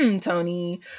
Tony